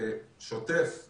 בזמנו היה בנתב"ג המעבר המהיר,